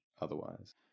otherwise